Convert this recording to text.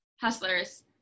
Hustlers